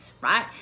right